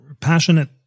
passionate